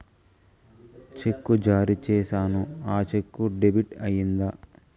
చెక్కు జారీ సేసాను, ఆ చెక్కు డెబిట్ అయిందా